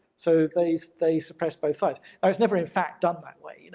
so they so they suppress both sides. and it's never in fact done that way. you know